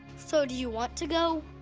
so do you want to go?